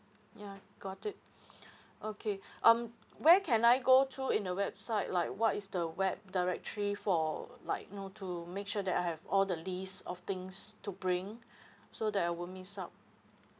ya got it okay um where can I go through in the website like what is the web directory for like you know to make sure that I have all the list of things to bring so that I won't miss out